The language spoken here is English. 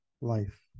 life